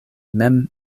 mem